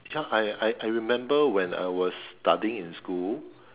ya I I I remember when I was studying in school